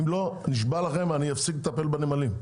אם לא, אפסיק לטפל בנמלים.